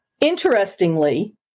interestingly